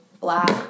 black